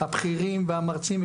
הבכירים והמרצים,